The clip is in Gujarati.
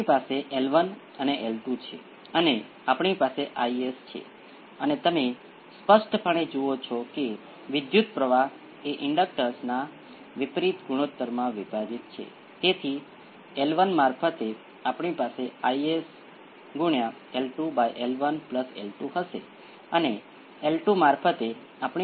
હવે અહીં યાદ રાખો કે આઉટપુટ એક્સ્પોનેંસિયલ p 2 t હશે જે ખરેખર એક જટિલ સંખ્યા છે પરંતુ આ કેટલાક કાલ્પનિક કેસ છે આ સર્કિટમાં સુલભ બિંદુ નથી આપણે માત્ર બીજા ઓર્ડરની સિસ્ટમને ગાણિતિક રીતે બે પ્રથમ ઓર્ડર સિસ્ટમમાં વિભાજીત કરી છે પરંતુ અહીં તેને exponential p 2 t exponential p 1 t મળશે